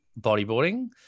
bodyboarding